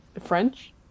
French